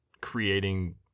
creating